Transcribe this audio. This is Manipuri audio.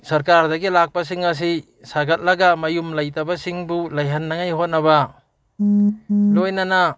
ꯁꯔꯀꯥꯔꯗꯒꯤ ꯂꯥꯛꯄꯁꯤꯡ ꯑꯁꯤ ꯁꯥꯒꯠꯂꯒ ꯃꯌꯨꯝ ꯂꯩꯇꯕꯁꯤꯡꯕꯨ ꯂꯩꯍꯟꯅꯉꯥꯏ ꯍꯣꯠꯅꯕ ꯂꯣꯏꯅꯅ